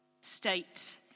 State